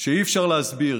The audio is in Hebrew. שאי-אפשר להסביר,